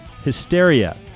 Hysteria